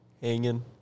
hanging